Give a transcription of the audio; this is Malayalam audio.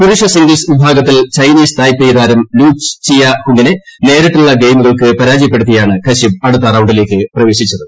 പുരുഷ സിംഗിൾസ് വിഭാഗത്തിൽ ചൈനീസ് തായ്പേയ് താരം ലു ചിയ ഹുങിനെ നേരിട്ടുള്ള ഗെയിമുകൾക്ക് പരാജയപ്പെടുത്തിയാണ് കശ്യപ് അടുത്ത റൌണ്ടിലേക്ക് പ്രവേശിച്ചത്